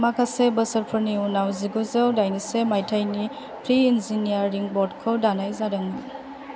माखासे बोसोरफोरनि उनाव जिगुजौ दाइनजिसे मायथायाव प्रि इन्जीनियारिं बर्ड खौ दानाय जादोंमोन